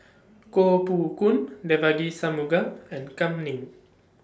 Koh Poh Koon Devagi Sanmugam and Kam Ning